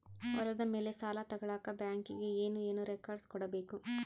ಹೊಲದ ಮೇಲೆ ಸಾಲ ತಗಳಕ ಬ್ಯಾಂಕಿಗೆ ಏನು ಏನು ರೆಕಾರ್ಡ್ಸ್ ಕೊಡಬೇಕು?